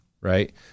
Right